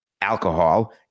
alcohol